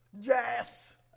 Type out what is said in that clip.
Yes